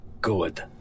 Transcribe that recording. good